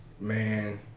Man